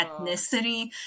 ethnicity